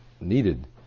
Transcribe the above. needed